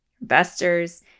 investors